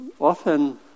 often